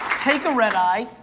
take a red-eye,